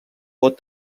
pot